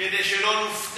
כדי שלא נופתע.